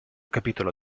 capitolo